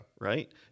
right